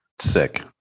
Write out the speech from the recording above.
Sick